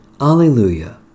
Alleluia